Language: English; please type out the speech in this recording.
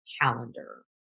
calendar